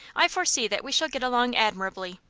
i foresee that we shall get along admirably.